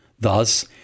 Thus